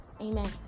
Amen